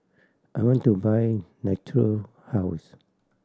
I want to buy Natura House